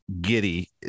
giddy